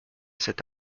cet